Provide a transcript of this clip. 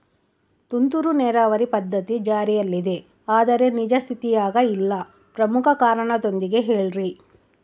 ತುಂತುರು ನೇರಾವರಿ ಪದ್ಧತಿ ಜಾರಿಯಲ್ಲಿದೆ ಆದರೆ ನಿಜ ಸ್ಥಿತಿಯಾಗ ಇಲ್ಲ ಪ್ರಮುಖ ಕಾರಣದೊಂದಿಗೆ ಹೇಳ್ರಿ?